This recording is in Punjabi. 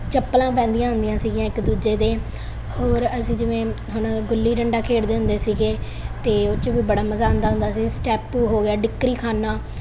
ਚੱਪਲਾਂ ਪੈਂਦੀਆਂ ਹੁੰਦੀਆਂ ਸੀਗੀਆਂ ਇੱਕ ਦੂਜੇ ਦੇ ਹੋਰ ਅਸੀਂ ਜਿਵੇਂ ਹੁਣ ਗੁੱਲੀ ਡੰਡਾ ਖੇਡਦੇ ਹੁੰਦੇ ਸੀਗੇ ਅਤੇ ਉਹ 'ਚ ਵੀ ਬੜਾ ਮਜ਼ਾ ਆਉਂਦਾ ਹੁੰਦਾ ਸੀ ਸਟੈਪੂ ਹੋ ਗਿਆ ਡਿਕਰੀ ਖਾਨਾ